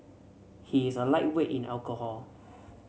he is a lightweight in alcohol